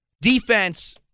Defense